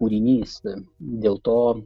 kūrinys dėl to